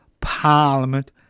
Parliament